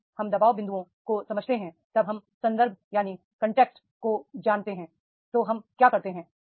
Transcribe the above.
जब हम दबाव बिं दुओं को समझते हैं जब हम कनटेक्स्ट को जानते हैं तो हम क्या करते हैं